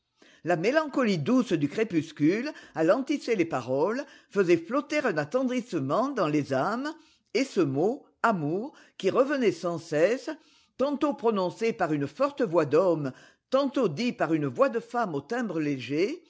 la mélancolie douce du crépuscule alentissait les paroles faisait flotter un attendrissement dans les âmes et ce mot amour qui revenait sans cesse tantôt pro nonce par une forte voix d'homme tantôt dit par une voix de femme au timbre